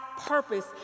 purpose